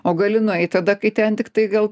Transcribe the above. o gali nueit tada kai ten tiktai gal